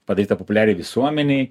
padaryta populiariai visuomenei